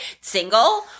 single